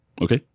Okay